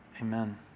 amen